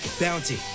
Bounty